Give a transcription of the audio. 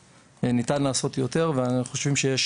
ניתן לעשות יותר ואנחנו חושבים שיש